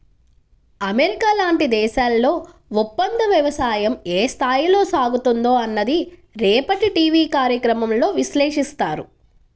America లాంటి దేశాల్లో ఒప్పందవ్యవసాయం ఏ స్థాయిలో సాగుతుందో అన్నది రేపటి టీవీ కార్యక్రమంలో విశ్లేషిస్తారు